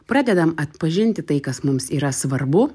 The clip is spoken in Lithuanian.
pradedam atpažinti tai kas mums yra svarbu